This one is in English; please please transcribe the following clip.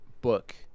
book